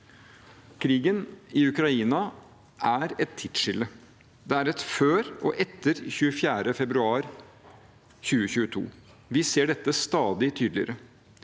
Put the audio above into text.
Krigen i Ukraina er et tidsskille. Det er et før og et etter 24. februar 2022. Vi ser dette stadig tydeligere.